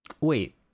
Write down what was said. wait